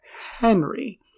Henry